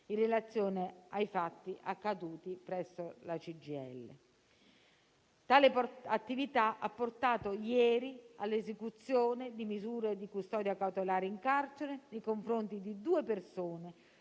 in relazione ai fatti accaduti presso la sede della CGIL. Tali attività hanno portato ieri sera all'esecuzione di misure di custodia cautelare in carcere nei confronti di ulteriori